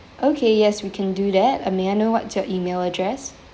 okay yes we can do that uh may I know what's your email address